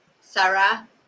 Sarah